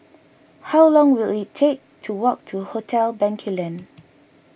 how long will it take to walk to Hotel Bencoolen